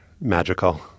magical